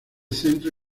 centro